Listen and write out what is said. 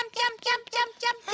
um jump, jump, jump.